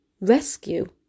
rescue